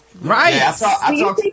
Right